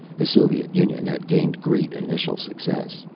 the soviet union had gained great initial success,